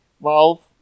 Valve